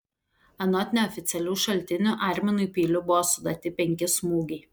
anot neoficialių šaltinių arminui peiliu buvo suduoti penki smūgiai